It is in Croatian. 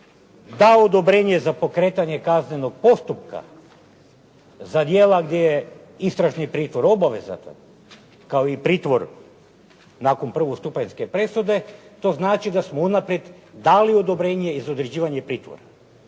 da odobrenje za pokretanje kaznenog postupka za djela gdje je istražni pritvor obvezatan, kao i pritvor nakon prvostupanjske presude, to znači da smo unaprijed dali odobrenje i za određivanje pritvora.